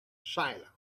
silent